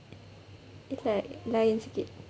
it's like lain sikit